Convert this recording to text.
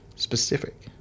Specific